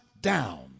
down